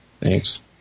Thanks